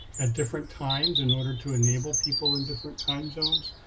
at different times in order to enable people in different time zones.